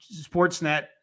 Sportsnet